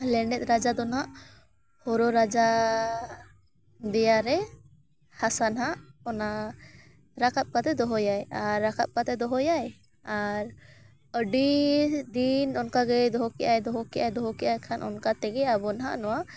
ᱞᱮᱸᱰᱮᱛ ᱨᱟᱡᱟ ᱫᱚ ᱱᱟᱦᱟᱸᱜ ᱦᱚᱨᱚ ᱨᱟᱡᱟ ᱫᱮᱭᱟᱨᱮ ᱦᱟᱥᱟ ᱱᱟᱦᱟᱸᱜ ᱚᱱᱟ ᱨᱟᱠᱟᱵ ᱠᱟᱛᱮ ᱫᱚᱦᱚᱭᱟᱭ ᱟᱨ ᱨᱟᱠᱟᱵ ᱠᱟᱛᱮ ᱫᱚᱦᱚᱭᱟᱭ ᱟᱨ ᱟᱹᱰᱤ ᱫᱤᱱ ᱚᱱᱠᱟ ᱜᱮᱭ ᱫᱚᱦᱚ ᱠᱮᱜ ᱟᱭ ᱫᱚᱦᱚ ᱠᱮᱜ ᱟᱭ ᱫᱚᱦᱚ ᱠᱮᱜ ᱟᱭ ᱠᱷᱟᱱ ᱚᱱᱠᱟ ᱛᱮᱜᱮ ᱟᱵᱚ ᱱᱟᱦᱟᱸᱜ ᱱᱚᱣᱟ